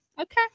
Okay